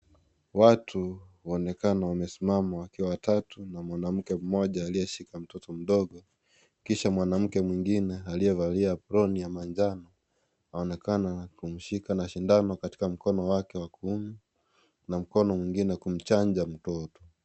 Watu, huonekana wamesimama, wakiwa watatu na mwanamke mmoja aliyeshika mtoto mdogo. Kisha mwanamke mwingine, aliyevalia aproni ya manjano, aonekana kumshika na sindano katika mkono wake wa kuume na mkono mwingine kumchanja mtoto.